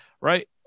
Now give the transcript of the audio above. Right